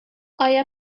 آیا